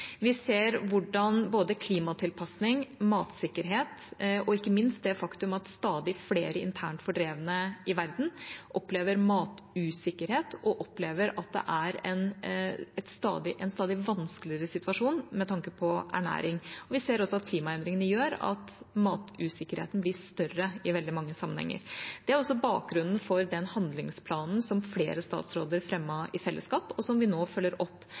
både klimatilpasning og matsikkerhet – og ikke minst det faktum at stadig flere internt fordrevne i verden opplever matusikkerhet og en stadig vanskeligere situasjon med tanke på ernæring – ser vi at klimaendringene gjør at matusikkerheten blir større i veldig mange sammenhenger. Det er også bakgrunnen for den handlingsplanen som flere statsråder fremmet i fellesskap, og som vi nå følger opp